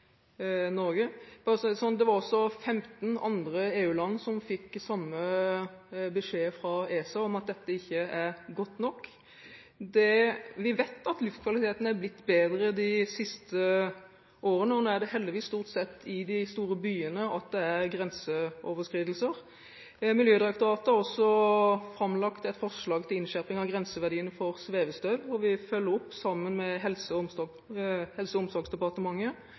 Det var 15 EU-land som fikk samme beskjed fra ESA om at dette ikke er godt nok. Vi vet at luftkvaliteten er blitt bedre de siste årene, og nå er det heldigvis stort sett i de store byene at det er grenseoverskridelser. Miljødirektoratet har også framlagt et forslag til innskjerping av grenseverdiene for svevestøv, og vi følger opp sammen med Helse- og omsorgsdepartementet og